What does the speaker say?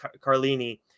Carlini